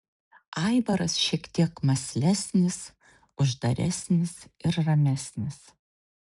aivaras šiek tiek mąslesnis uždaresnis ir ramesnis